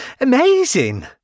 Amazing